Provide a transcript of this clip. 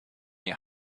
your